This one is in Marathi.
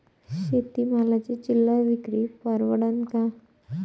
शेती मालाची चिल्लर विक्री परवडन का?